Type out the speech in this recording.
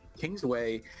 Kingsway